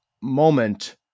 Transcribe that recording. moment